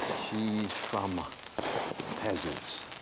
she's from peasants.